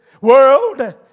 world